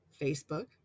Facebook